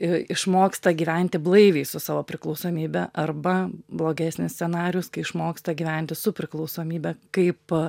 i išmoksta gyventi blaiviai su savo priklausomybe arba blogesnis scenarijus kai išmoksta gyventi su priklausomybe kaip